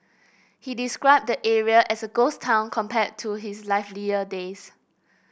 he described the area as a ghost town compared to its livelier days